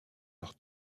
leur